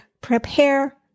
prepare